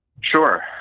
Sure